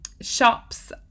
shops